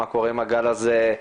מה קורה עם הגל הזה,